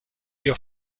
your